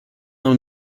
now